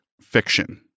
fiction